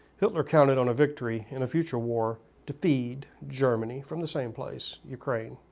hitler counted on a victory in a future war to feed germany, from the same place, ukraine.